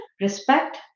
respect